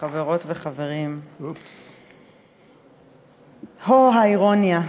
חברות וחברים, אוה, האירוניה.